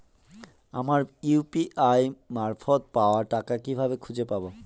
আমার ইউ.পি.আই মারফত পাওয়া টাকা কিভাবে খুঁজে পাব?